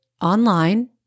online